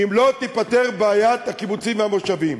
אם לא תיפתר בעיית הקיבוצים והמושבים,